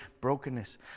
Brokenness